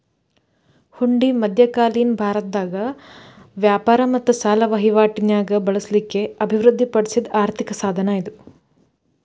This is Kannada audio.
ಹುಂಡಿ ಮಧ್ಯಕಾಲೇನ ಭಾರತದಾಗ ವ್ಯಾಪಾರ ಮತ್ತ ಸಾಲ ವಹಿವಾಟಿ ನ್ಯಾಗ ಬಳಸ್ಲಿಕ್ಕೆ ಅಭಿವೃದ್ಧಿ ಪಡಿಸಿದ್ ಆರ್ಥಿಕ ಸಾಧನ ಇದು